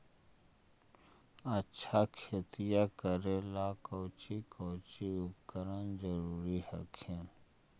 अच्छा खेतिया करे ला कौची कौची उपकरण जरूरी हखिन?